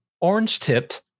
orange-tipped